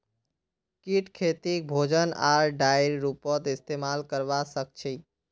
कीट खेतीक भोजन आर डाईर रूपत इस्तेमाल करवा सक्छई